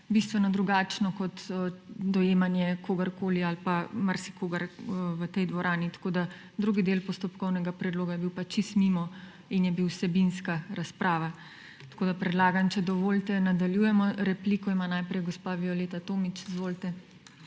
bistveno drugačno kot dojemanje kogarkoli ali pa marsikoga v tej dvorani. Tako je drugi del postopkovnega predloga bil pa čisto mimo in je bil vsebinska razprava. Tako predlagam, če dovolite, nadaljujemo. Repliko ima najprej gospa Violeta Tomić. Izvolite.